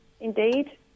indeed